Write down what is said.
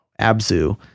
Abzu